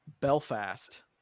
Belfast